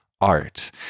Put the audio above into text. art